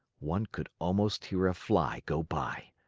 one could almost hear a fly go by.